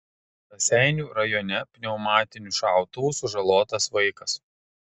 raseinių rajone pneumatiniu šautuvu sužalotas vaikas